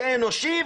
זה אנושי?